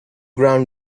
ground